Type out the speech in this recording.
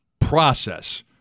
process